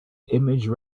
image